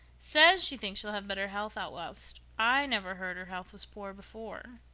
says she thinks she'll have better health out west. i never heard her health was poor before.